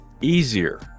easier